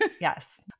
Yes